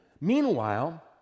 Meanwhile